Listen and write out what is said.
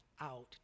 out